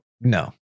no